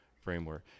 framework